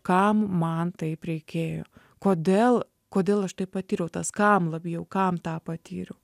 kam man taip reikėjo kodėl kodėl aš tai patyriau tas kam labiau kam tą patyriau